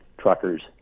truckers